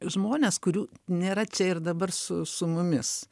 žmones kurių nėra čia ir dabar su su mumis